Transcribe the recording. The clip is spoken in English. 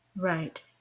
Right